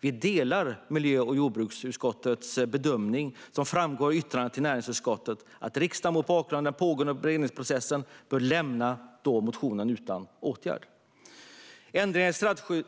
Vi delar miljö och jordbruksutskottets bedömning, som framgår av yttrandet till näringsutskottet, att riksdagen mot bakgrund av den pågående beredningsprocessen bör lämna motionen utan åtgärd. Ändringar i